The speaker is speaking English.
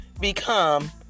become